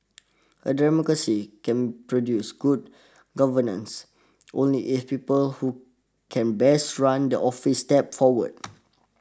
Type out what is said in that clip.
a democracy can produce good governance only if people who can best run the office step forward